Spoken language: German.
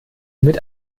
mit